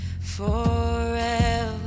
forever